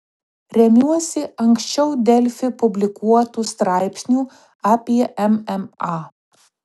remiuosi ankščiau delfi publikuotu straipsniu apie mma